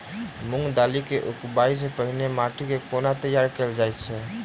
मूंग दालि केँ उगबाई सँ पहिने माटि केँ कोना तैयार कैल जाइत अछि?